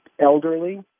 elderly